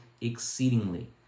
exceedingly